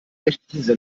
rechtlichen